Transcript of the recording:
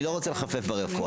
אני לא רוצה לחפף ברפואה.